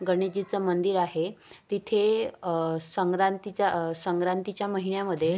गणेशजीचं मंदिर आहे तिथे संक्रांतीचा संक्रांतीच्या महिन्यामध्ये